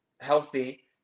healthy